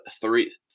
three